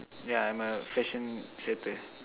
yeah I am a fashion circle